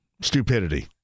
stupidity